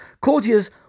Courtiers